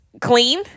clean